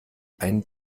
einen